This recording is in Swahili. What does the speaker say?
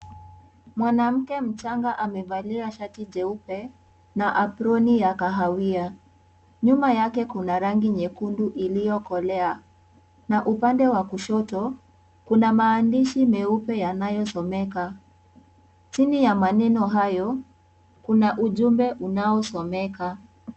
Mwanamke mchanga amevalia shati jeupe na aproni ya kahawia ,nyuma yake kuna rangi nyekundu iliyokolea na upande wa kushoto kuna maandishi meupe yanayosomeka . Chini ya maneno hayo kuna ujumbe unaosomeka.